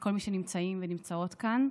וכל מי שנמצאים ונמצאות כאן.